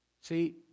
See